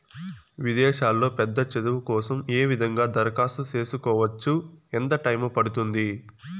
విదేశాల్లో పెద్ద చదువు కోసం ఏ విధంగా దరఖాస్తు సేసుకోవచ్చు? ఎంత టైము పడుతుంది?